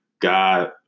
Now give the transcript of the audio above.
God